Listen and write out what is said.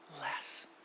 less